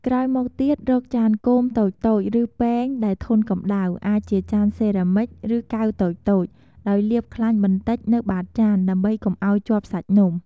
ក្រោយមកទៀត រកចានគោមតូចៗ ឬពែងដែលធន់កម្ដៅ អាចជាចានសេរ៉ាមិច ឬកែវតូចៗ ដោយលាបខ្លាញ់បន្តិចនៅបាតចានដើម្បីកុំឱ្យជាប់សាច់នំ។